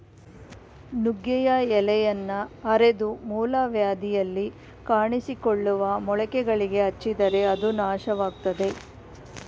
ನುಗ್ಗೆಯ ಎಲೆಯನ್ನ ಅರೆದು ಮೂಲವ್ಯಾಧಿಯಲ್ಲಿ ಕಾಣಿಸಿಕೊಳ್ಳುವ ಮೊಳಕೆಗಳಿಗೆ ಹಚ್ಚಿದರೆ ಅದು ನಾಶವಾಗ್ತದೆ